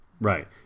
Right